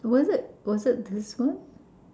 was it was it this one